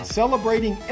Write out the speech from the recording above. celebrating